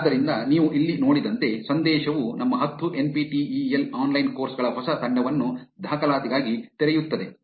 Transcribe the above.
ಆದ್ದರಿಂದ ನೀವು ಇಲ್ಲಿ ನೋಡಿದಂತೆ ಸಂದೇಶವು ನಮ್ಮ ಹತ್ತು N P T E L online course ಗಳ ಹೊಸ ತಂಡವನ್ನು ದಾಖಲಾತಿಗಾಗಿ ತೆರೆಯುತ್ತದೆ